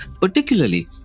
particularly